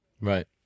Right